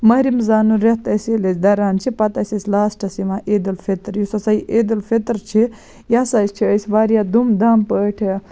ماہِ رمضانُک رٮ۪تھ أسۍ ییٚلہِ أسۍ دَران چھِ پَتہٕ ٲسۍ أسۍ لاسٹَس یِوان عیٖدُ الفطر یُس ہسا یہِ عیٖدُ الفطر چھِ یہِ ہسا چھِ أسۍ واریاہ دُم دام پٲٹھۍ